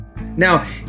Now